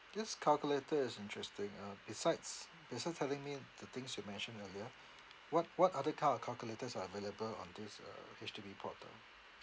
this calculator is interesting uh besides besides telling me the things you mentioned earlier what what other kind of calculators are available on this uh H_D_B portal